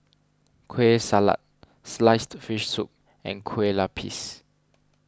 Kueh Salat Sliced Fish Soup and Kue Lupis